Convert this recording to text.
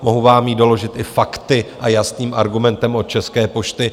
Mohu vám ji doložit i fakty a jasným argumentem od České pošty.